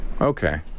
okay